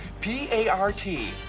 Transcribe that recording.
P-A-R-T